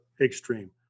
extreme